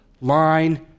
line